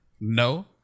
No